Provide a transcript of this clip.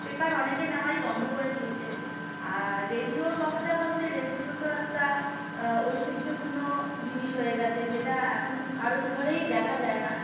paper অনেকে নেওয়াই বন্ধ করে দিয়েছে আর রেডিওর কথাটা বলতে রেডিও তো একটা ঐতিহ্যপূর্ণ জিনিস হয়ে গিয়েছে যেটা এখন কারোর ঘরেই দেখা যায় না